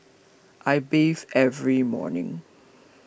I bathe every morning